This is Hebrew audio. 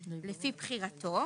לפי בחירתו